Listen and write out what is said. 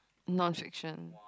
non fiction